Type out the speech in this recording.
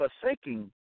forsaking